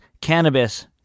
cannabis